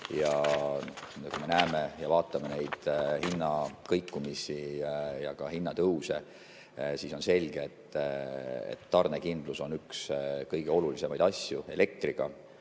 Kui me vaatame hinnakõikumisi ja ka hinnatõuse, siis on selge, et tarnekindlus on üks kõige olulisemaid asju. Elektriga